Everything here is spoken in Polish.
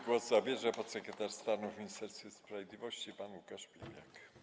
Głos zabierze podsekretarz stanu w Ministerstwie Sprawiedliwości pan Łukasz Piebiak.